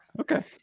okay